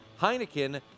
Heineken